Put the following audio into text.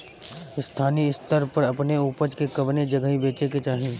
स्थानीय स्तर पर अपने ऊपज के कवने जगही बेचे के चाही?